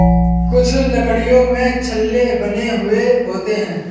कुछ लकड़ियों में छल्ले बने हुए होते हैं